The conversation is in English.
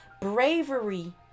bravery